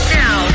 now